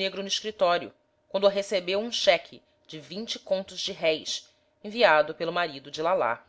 montenegro no escritório quando recebeu um cheque de vinte contos de réis enviado pelo marido de lalá